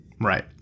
Right